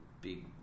big